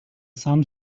sun